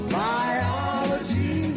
biology